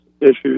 issues